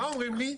מה אומרים לי?